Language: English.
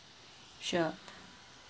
sure